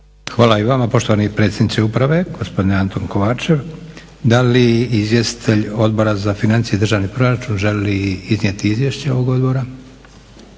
Hvala i vama poštovani predsjedniče uprave gospodine Anton Kovačev. Da li izvjestitelj Odbora za financije i državni proračun želi iznijeti izvješće ovog odbora?